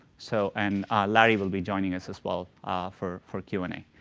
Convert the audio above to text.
so and larry will be joining us as well ah for for q and a.